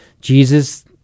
Jesus